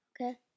Okay